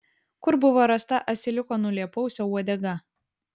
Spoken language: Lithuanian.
kur buvo rasta asiliuko nulėpausio uodega